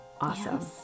Awesome